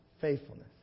Faithfulness